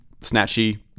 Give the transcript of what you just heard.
Snatchy